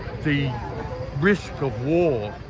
the risk of war,